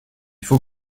faut